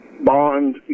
bond